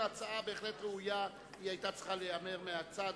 ההצעה בהחלט ראויה והיא היתה צריכה להיאמר מהצד,